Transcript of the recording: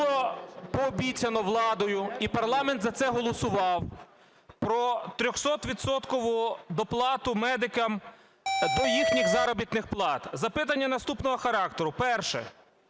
Було пообіцяно владою, і парламент за це голосував, про 300-відсоткову доплату медикам до їхніх заробітних плат. Запитання наступного характеру. Перше.